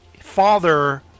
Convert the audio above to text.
father